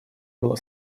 было